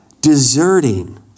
deserting